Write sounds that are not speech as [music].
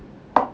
[noise]